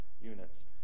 units